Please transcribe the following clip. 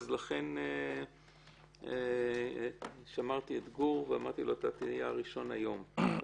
לכן שמרתי את גור ואמרתי לו אתה תהיה הראשון היום.